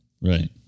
Right